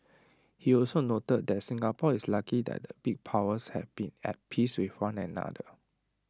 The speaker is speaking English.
he also noted that Singapore is lucky that the big powers have been at peace with one another